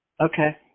Okay